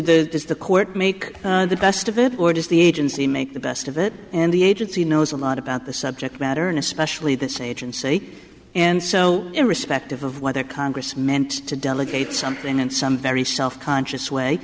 the is the court make the best of it or does the agency make the best of it and the agency knows a lot about the subject matter and especially this agency and so irrespective of whether congress meant to delegate something in some very self conscious way